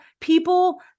people